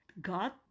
God